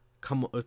Come